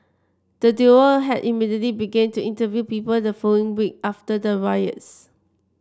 the duo had immediately began to interview people the following week after the riots